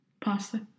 Pasta